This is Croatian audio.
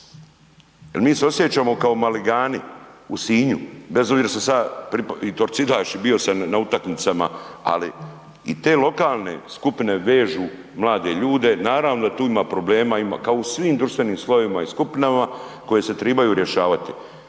mi se osjećamo kao maligani u Sinju bez obzira što sam se ja, i torcidaš i bio sam na utakmicama, ali i te lokalne skupine vežu mlade ljude, naravno da tu ima problema kao i u svim društvenim slojevima i skupinama koje se tribaju rješavati,